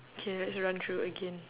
K let's run through again